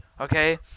Okay